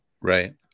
right